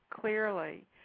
clearly